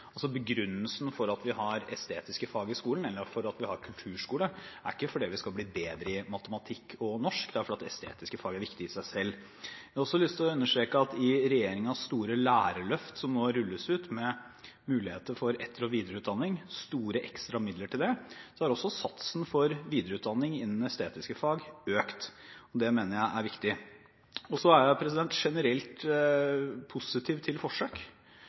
Begrunnelsen for at vi har estetiske fag i skolen, eller for at vi har kulturskole, er ikke at vi skal bli bedre i matematikk og norsk, men at estetiske fag er viktige i seg selv. Jeg har også lyst til å understreke at med regjeringens store lærerløft, som nå rulles ut med muligheter for etter- og videreutdanning – store ekstra midler til det – er også satsen for videreutdanning innen estetiske fag økt. Det mener jeg er viktig. Jeg er også generelt positiv til forsøk,